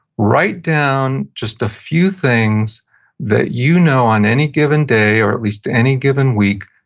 write down just a few things that you know on any given day, or at least any given week,